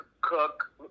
Cook